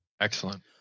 Excellent